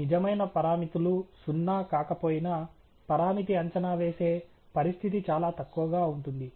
నిజమైన పరామితులు సున్నా కాకపోయినా పరామితి అంచనా వేసే పరిస్థితి చాలా తక్కువగా ఉంటుంది